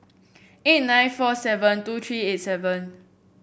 eight nine four seven two tree eight seven